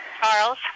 Charles